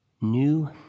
new